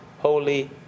holy